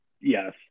Yes